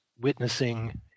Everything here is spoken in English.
witnessing